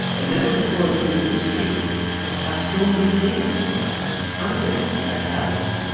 and never before in human history have so many things counted as talents